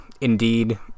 indeed